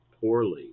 poorly